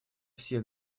все